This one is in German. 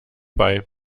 bei